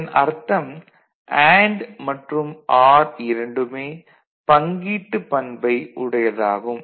இதன் அர்த்தம் அண்டு மற்றும் ஆர் இரண்டுமே பங்கீட்டுப் பண்பை உடையதாகும்